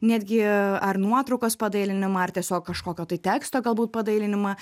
netgi ar nuotraukos padailinimą ar tiesiog kažkokio tai teksto galbūt padailinimą